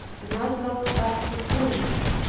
and as long as he pleased.